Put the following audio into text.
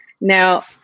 Now